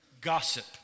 gossip